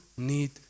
need